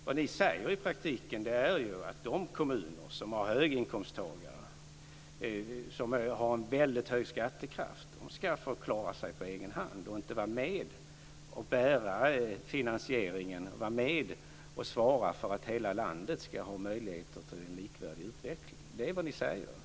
Vad ni säger i praktiken är att de kommuner som har höginkomsttagare, som har en väldigt hög skattekraft ska få klara sig på egen hand och inte vara med och bära finansieringen, vara med och svara för att hela landet ska ha möjligheter till en likvärdig utveckling. Det är vad ni säger.